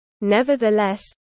Nevertheless